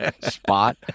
spot